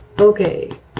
Okay